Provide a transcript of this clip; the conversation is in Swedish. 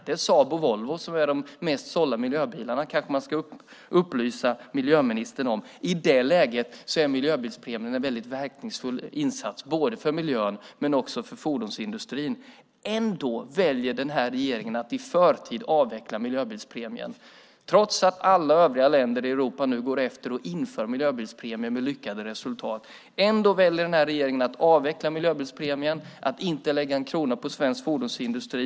Det är Saab och Volvo som är de mest sålda miljöbilarna. Det kanske man ska upplysa miljöministern om. I det läget är miljöbilspremien en väldigt verkningsfull insats, både för miljön och för fordonsindustrin. Ändå väljer den här regeringen att i förtid avveckla miljöbilspremien, trots att alla övriga länder i Europa nu går efter och inför miljöbilspremier med lyckade resultat. Ändå väljer den här regeringen att avveckla miljöbilspremien och att inte lägga en krona på svensk fordonsindustri.